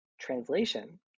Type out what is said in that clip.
translation